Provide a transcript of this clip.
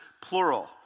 plural